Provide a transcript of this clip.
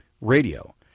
radio